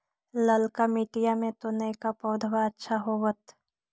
ललका मिटीया मे तो नयका पौधबा अच्छा होबत?